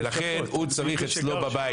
ולכן הוא צריך אצלו בבית.